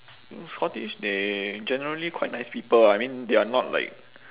scottish they generally quite nice people ah I mean they are not like